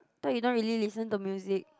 thought you don't really listen to music